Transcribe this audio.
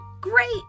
great